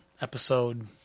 episode